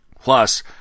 Plus